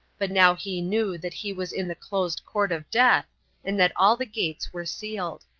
but now he knew that he was in the closed court of death and that all the gates were sealed.